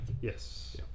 Yes